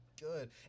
good